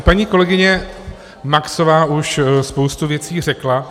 Paní kolegyně Maxová už spoustu věcí řekla.